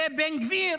ובן גביר